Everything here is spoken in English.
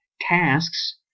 tasks